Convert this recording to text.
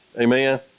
Amen